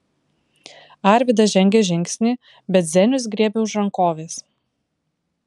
arvydas žengė žingsnį bet zenius griebė už rankovės